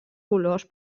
colors